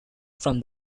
from